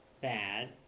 bad